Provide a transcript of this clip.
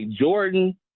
Jordan